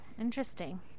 Interesting